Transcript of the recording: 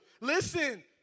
Listen